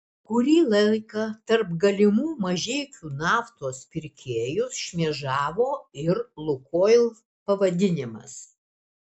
kurį laiką tarp galimų mažeikių naftos pirkėjų šmėžavo ir lukoil pavadinimas